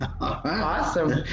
Awesome